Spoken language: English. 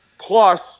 Plus